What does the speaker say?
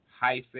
hyphen